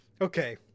Okay